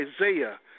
Isaiah